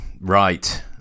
Right